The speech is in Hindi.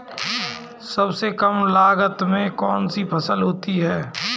सबसे कम लागत में कौन सी फसल होती है बताएँ?